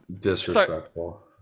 Disrespectful